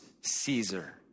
Caesar